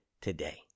today